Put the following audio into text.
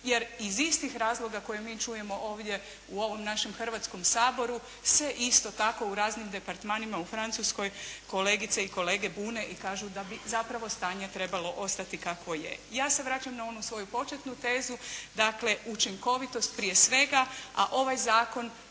jer iz istih razloga koje mi čujemo ovdje u ovom našem Hrvatskom saboru se isto tako u raznim departmanima u Francuskoj kolegice i kolege bune i kažu da bi zapravo stanje trebalo ostati kakvo je. Ja se vraćam na onu svoju početnu tezu, dakle učinkovitost prije svega, a ovaj zakon